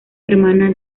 hermana